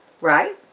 Right